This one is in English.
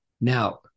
Now